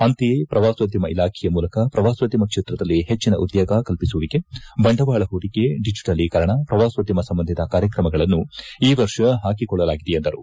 ಅಂತೆಯೇ ಪ್ರವಾಸೋದ್ಯಮ ಇಲಾಖೆಯ ಮೂಲಕ ಪ್ರವಾಸೋದ್ಯಮ ಕ್ಷೇತ್ರದಲ್ಲಿ ಹೆಚ್ಚನ ಉದ್ಯೋಗ ಕಲ್ಪಿಸುವಿಕೆ ಬಂಡವಾಳ ಹೂಡಿಕೆ ಡಿಜೆಟಲೀಕರಣ ಪ್ರವಾಸೋದ್ಯಮ ಸಂಬಂಧಿತ ಕಾರ್ಯಕ್ರಮಗಳನ್ನು ಈ ವರ್ಷ ಪಾಕಿಕೊಳ್ಳಲಾಗಿದೆ ಎಂದರು